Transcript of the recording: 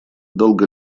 долго